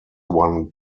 one